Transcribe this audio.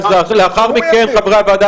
סכום אפס.